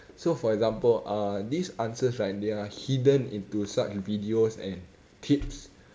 so for example uh these answers right they are hidden into such videos and clips